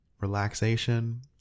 Relaxation